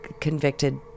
convicted